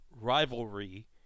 rivalry